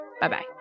Bye-bye